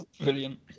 brilliant